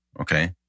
okay